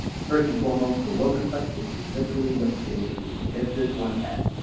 first and foremost the work request is literally what you see initially, and just this one tab.